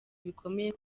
bikomeye